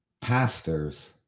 pastors